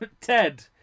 Ted